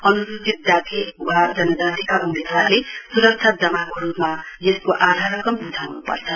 अनुसुचित जाति तथा जनजातिका उम्मेदवारले सुरक्षा जमा को रुपमा यसको आधा रकम बुझाउनुपर्छ